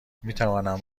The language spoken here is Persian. میتوانم